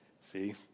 See